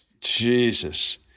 Jesus